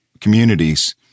communities